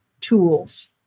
tools